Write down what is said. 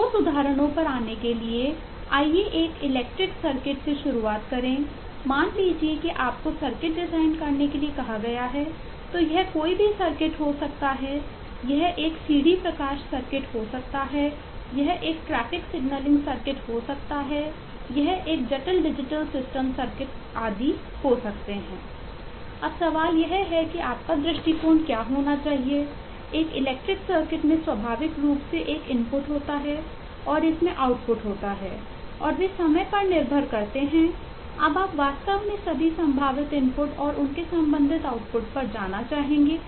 ठोस उदाहरणों पर आने के लिए आइए एक इलेक्ट्रिक सर्किट पर जाना चाहेंगे